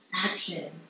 Action